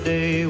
Day